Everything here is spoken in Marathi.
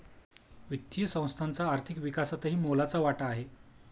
वित्तीय संस्थांचा आर्थिक विकासातही मोलाचा वाटा आहे